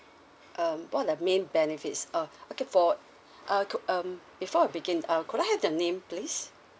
um one of the main benefits uh okay for uh to um before I begin uh could I have your name please